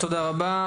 תודה רבה.